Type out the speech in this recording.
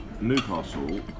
Newcastle